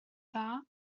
dda